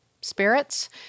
spirits